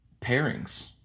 pairings